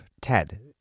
Ted